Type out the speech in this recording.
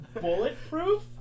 bulletproof